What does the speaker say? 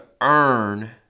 earn